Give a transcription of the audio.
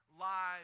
lives